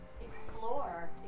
Explore